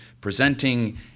presenting